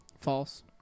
False